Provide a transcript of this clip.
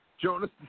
Jonas